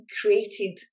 created